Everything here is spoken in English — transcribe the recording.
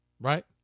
Right